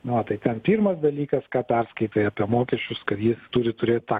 na tai ten pirmas dalykas ką perskaitai apie mokesčius kad jis turi turėti tą